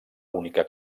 única